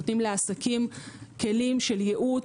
נותנים לעסקים כלים של ייעוץ,